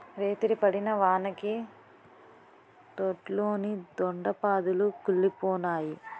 రేతిరి పడిన వానకి దొడ్లోని దొండ పాదులు కుల్లిపోనాయి